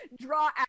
draw